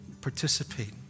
participate